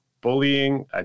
bullying